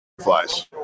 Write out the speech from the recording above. flies